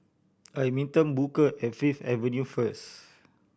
I meeting Booker at Fifth Avenue first